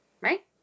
Right